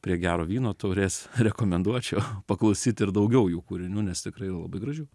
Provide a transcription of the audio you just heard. prie gero vyno taurės rekomenduočiau paklausyti ir daugiau jų kūrinių nes tikrai yra labai gražių